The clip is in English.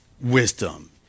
wisdom